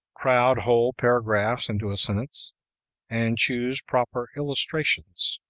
crowd whole paragraphs into a sentence and choose proper illustrations.